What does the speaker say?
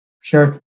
Sure